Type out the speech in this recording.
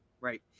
Right